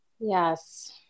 Yes